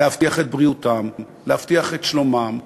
וכן, להבטיח את בריאותם, להבטיח את שלומם,